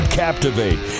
captivate